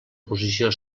posició